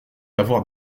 avoir